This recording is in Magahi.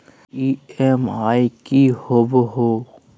ई.एम.आई की होवे है?